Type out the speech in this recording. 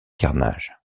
carnage